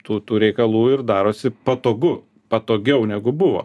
tų tų reikalų ir darosi patogu patogiau negu buvo